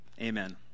Amen